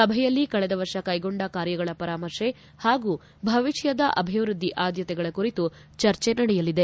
ಸಭೆಯಲ್ಲಿ ಕಳೆದ ವರ್ಷ ಕೈಗೊಂಡ ಕಾರ್ಯಗಳ ಪರಾಮರ್ಶೆ ಹಾಗೂ ಭವಿಷ್ಠದ ಅಭಿವೃದ್ಧಿ ಆದ್ಧತೆಗಳ ಕುರಿತು ಚರ್ಚೆ ನಡೆಯಲಿದೆ